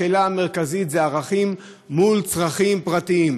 השאלה המרכזית היא ערכים מול צרכים פרטיים.